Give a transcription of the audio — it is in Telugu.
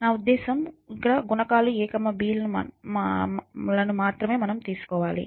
నా ఉద్దేశ్యం గుణకాలు a b లను మనమే తీసుకోవాలి